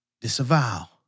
disavow